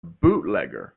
bootlegger